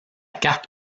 carte